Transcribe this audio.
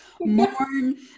mourn